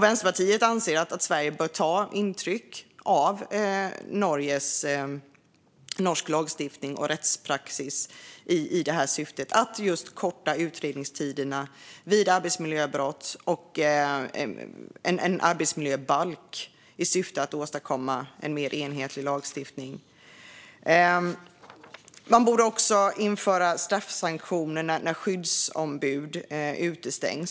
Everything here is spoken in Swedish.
Vänsterpartiet anser att Sverige bör ta intryck av norsk lagstiftning och rättspraxis i syfte att just korta utredningstiderna vid arbetsmiljöbrott och inrätta en arbetsmiljöbalk i syfte att åstadkomma en mer enhetlig lagstiftning. Man borde också införa straffsanktioner när skyddsombud utestängs.